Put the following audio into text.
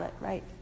right